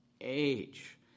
age